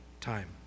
time